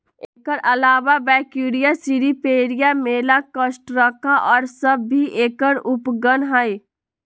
एकर अलावा Brachyura, Cirripedia, Malacostraca और सब भी एकर उपगण हई